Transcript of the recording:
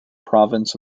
province